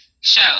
show